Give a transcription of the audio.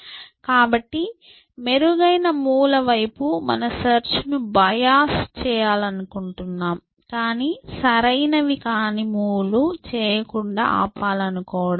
కాబట్టి మెరుగైన మూవ్ల వైపు మన సెర్చ్ ను బయోస్ చేయాలనుకుంటున్నాము కాని సరైనవి కాని మూవ్ లు చేయకుండా ఆపాలనుకోవడం లేదు